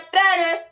better